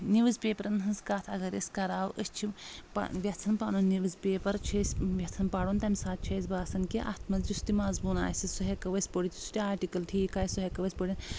news پیپٕرن ہٕنٛز کتھ اگر أسۍ کرٕہاو أسۍ چھِ یژھان پنُن نیوٕز پیپر چھِ أسۍ یژھان پرُن تمہِ ساتہٕ چھ أسۍ باسان کہِ اتھ منٛز یُس تہٕ مضموٗن آسہِ سُہ ہٮ۪کو أسۍ پٔرتھ یُس آٹکل ٹھیٖک آسہِ سُہ ہٮ۪کو أسۍ پٔرتھ